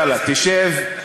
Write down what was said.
יאללה, תשב.